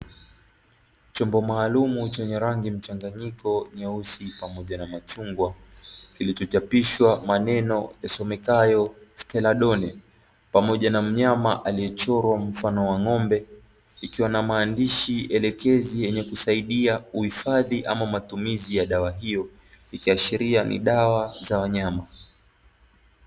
Chombo maalumu chenye rangi mchanganyiko nyeusi pamoja na machungwa kilicho chapishwa maneno yasomekayo "STELADONE", pamoja na mnyama aliyechorwa mfano wa ng'ombe ikwa na maandishi elekezi yenye kusaidia kuhifadhi ama matumizi ya dawa hiyo ikiashiria ni dawa za wanyama.